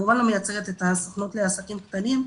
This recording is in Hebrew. לא מייצגת את הסוכנות לעסקים קטנים,